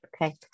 Okay